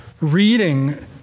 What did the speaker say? reading